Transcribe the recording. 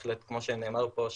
כמו שנאמר פה,